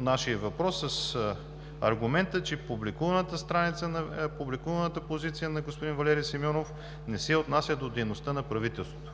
нашия въпрос с аргумента, че публикуваната позиция на господин Валери Симеонов не се отнася до дейността на правителството.